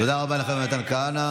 תודה רבה לחבר הכנסת מתן כהנא.